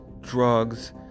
drugs